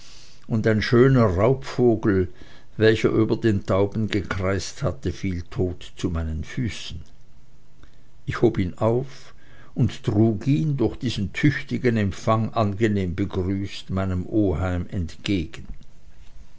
und ein schöner raubvogel welcher über den tauben gekreist hatte fiel tot zu meinen füßen ich hob ihn auf und trug ihn durch diesen tüchtigen empfang angenehm begrüßt meinem oheim entgegen